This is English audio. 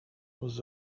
was